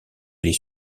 les